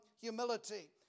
humility